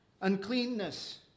uncleanness